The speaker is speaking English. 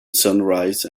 sunrise